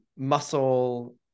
muscle